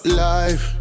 life